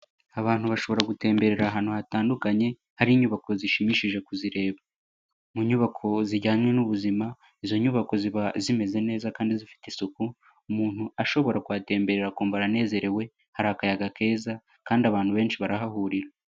Abantu bashobora gutemberera ahantu hatandukanye hari inyubako zishimishije kuzireba, mu nyubako zijyanye n'ubuzima izo nyubako ziba zimeze neza kandi zifite isuku umuntu ashobora kuhatemberera akumva anezerewe, hari akayaga keza kandi abantu benshi barahahurira.